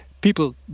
people